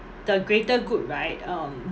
the greater good right um